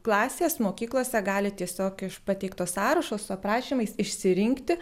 klasės mokyklose gali tiesiog iš pateikto sąrašo su aprašymais išsirinkti